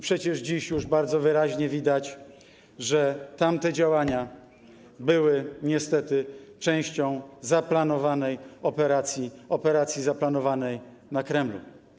Przecież dziś już bardzo wyraźnie widać, że tamte działania były niestety częścią zaplanowanej operacji, operacji zaplanowanej na Kremlu.